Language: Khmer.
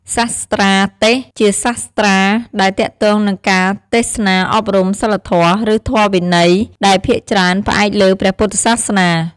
សាស្ត្រាទេសន៍ ជាសាស្ត្រាដែលទាក់ទងនឹងការទេសនាអប់រំ សីលធម៌ ឬធម្មវិន័យ ដែលភាគច្រើនផ្អែកលើព្រះពុទ្ធសាសនា។